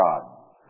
God